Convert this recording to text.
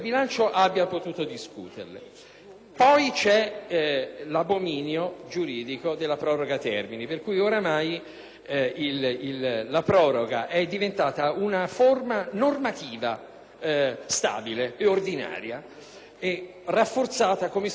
Poi c'è l'abominio giuridico della proroga dei termini. Oramai la proroga è diventata una forma normativa stabile e ordinaria, rafforzata - come si vede ancora oggi - dalla fiducia.